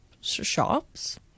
shops